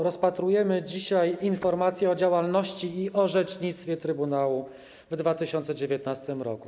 Rozpatrujemy dzisiaj informację o działalności i orzecznictwie trybunału w 2019 r.